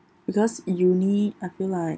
because uni I feel like